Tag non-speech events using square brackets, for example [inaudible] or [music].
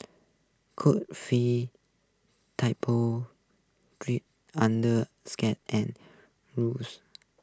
Coral feel typal [unintelligible] under [unintelligible] whose